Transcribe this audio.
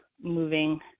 moving